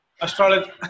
astrology